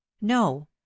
no